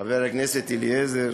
אליעזר